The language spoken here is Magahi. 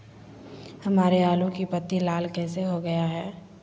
हमारे आलू की पत्ती लाल कैसे हो गया है?